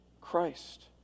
Christ